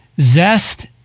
zest